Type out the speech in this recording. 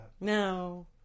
No